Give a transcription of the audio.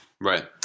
Right